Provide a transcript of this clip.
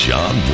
John